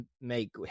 make